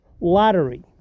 lottery